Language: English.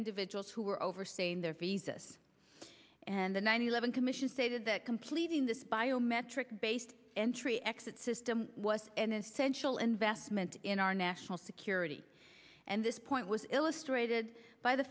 individuals who are overstaying their visas and the nine eleven commission stated that completing this biometric based entry exit system was an essential investment in our national security and this point was illustrated by the